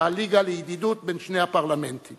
הליגה לידידות בין שני הפרלמנטים